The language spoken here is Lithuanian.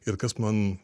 ir kas man